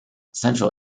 central